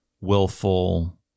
Willful